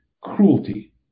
cruelty